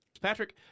Patrick